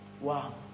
Wow